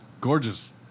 gorgeous